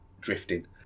drifting